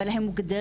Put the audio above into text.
אבל הם מוגדרים,